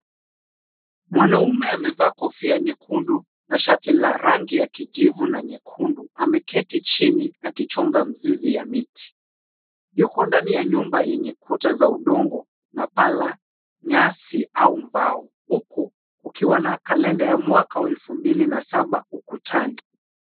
Mwanamume amevaa kofia nyekundu na shati la rangi ya kijivu na nyekundu. Ameketi chini akichonga mzizi ya miti. Yuko ndani ya nyumba yenye kuta za udongo na paa la nyasi au mbao huku ukiwa na kalenda ya mwaka na elfu mbili na saba ukutani.